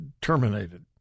terminated